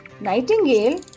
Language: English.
Nightingale